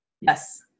Yes